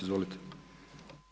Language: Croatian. Izvolite.